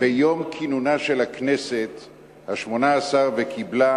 ביום כינונה של הכנסת השמונה-עשרה, וקיבלה